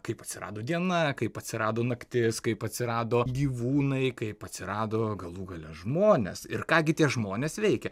kaip atsirado diena kaip atsirado naktis kaip atsirado gyvūnai kaip atsirado galų gale žmonės ir ką gi tie žmonės veikia